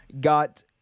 got